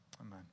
Amen